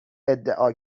ادعا